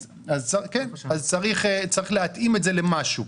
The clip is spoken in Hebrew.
אז צריך להתאים את זה למשהו.